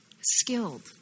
skilled